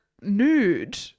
nude